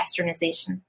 Westernization